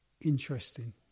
interesting